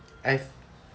I